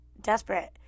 Desperate